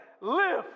live